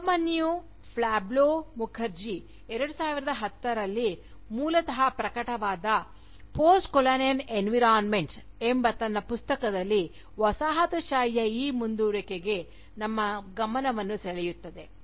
Upamanyu Pablo Mukherjee 2010 ರಲ್ಲಿ ಮೂಲತಃ ಪ್ರಕಟವಾದ "ಪೋಸ್ಟ್ಕೊಲೊನಿಯಲ್ ಎನ್ವಿರಾನ್ಮೆಂಟ್ಸ್" ಎಂಬ ತನ್ನ ಪುಸ್ತಕದಲ್ಲಿ ವಸಾಹತುಶಾಹಿಯ ಈ ಮುಂದುವರಿಕೆಗೆ ನಮ್ಮ ಗಮನವನ್ನು ಸೆಳೆಯುತ್ತದೆ